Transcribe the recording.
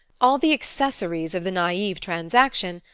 all the accessories of the naif transaction,